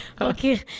Okay